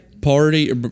party